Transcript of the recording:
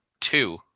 two